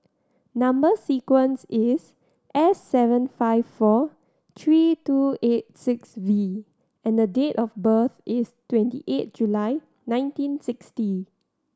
number sequence is S seven five four three two eight six V and date of birth is twenty eight July nineteen sixty